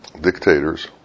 dictators